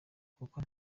kuko